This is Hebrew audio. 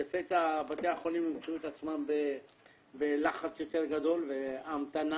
לפתע בתי החולים ימצאו את עצמם בלחץ יותר גדול והמתנה,